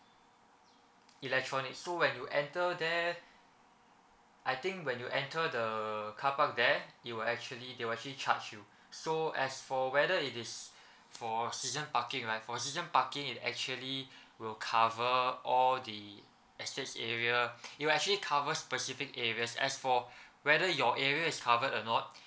electronic so when you enter there I think when you enter the car park there you will actually they will actually charge you so as for whether it is for season parking right for season parking it actually will cover all the estates area it'll actually covers specific areas as for whether your area is covered or not